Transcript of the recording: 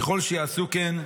ככל שיעשו כן,